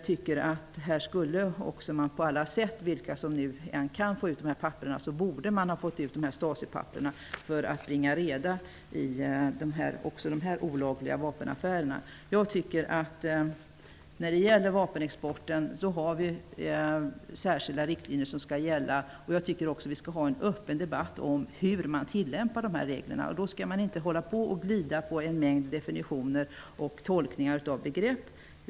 Vilka som än kan få ut dessa papper, vill jag säga att jag tycker att man borde ha fått ut dessa Stasipapper för att bringa reda i även dessa olagliga vapenaffärer. Vi har särskilda riktlinjer för vapenexporten som skall gälla. Jag tycker att vi skall ha en öppen debatt om hur man tillämpar dessa regler. Då skall man inte hålla på och glida på en mängd definitioner och tolkningar av begrepp.